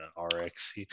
RX